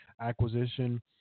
acquisition